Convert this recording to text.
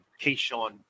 Keyshawn